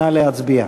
נא להצביע.